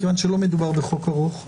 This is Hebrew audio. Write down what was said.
כיוון שלא מדובר בחוק ארוך,